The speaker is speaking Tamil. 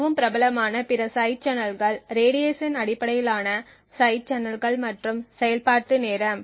மிகவும் பிரபலமான பிற சைடு சேனல்கள் ரேடியேஷன் அடிப்படையிலான சைடு சேனல்கள் மற்றும் செயல்பாட்டு நேரம்